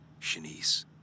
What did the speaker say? Shanice